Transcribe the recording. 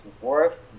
worth